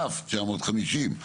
(כ/950),